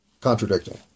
contradicting